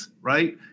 right